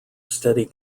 steady